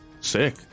sick